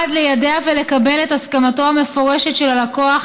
1. ליידע ולקבל את הסכמתו המפורשת של הלקוח